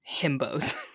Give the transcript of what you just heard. himbos